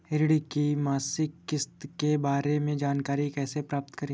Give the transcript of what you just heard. ऋण की मासिक किस्त के बारे में जानकारी कैसे प्राप्त करें?